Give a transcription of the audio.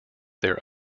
their